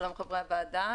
שלום חברי הוועדה,